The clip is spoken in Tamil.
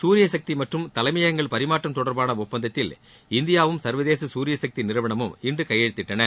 சூரிய சக்தி மற்றும் தலைமையகங்கள் பரிமாற்றம் தொடர்பான ஒப்பந்தத்தில் இந்தியாவும் சர்வதேச சூரிய சக்தி நிறுவனமும் இன்று கையெழுத்திட்டன